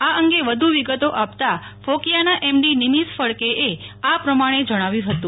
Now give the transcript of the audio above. આ અંગે વધુ વિગતો આપતા ફોકિયાના એમડી નિમિષ ફડકે આ પ્રમાણે જણાવ્યું હતું